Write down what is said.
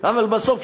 אבל בסוף,